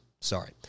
Sorry